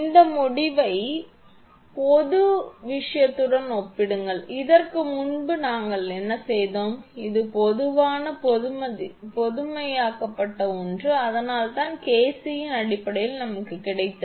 இந்த முடிவை பொது விஷயத்துடன் ஒப்பிடுவீர்கள் இதற்கு முன்பு நாங்கள் என்ன செய்தோம் இது பொதுவான பொதுமைப்படுத்தப்பட்ட ஒன்று அதனால்தான் KC யின் அடிப்படையில் நமக்குக் கிடைத்தது